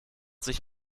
sich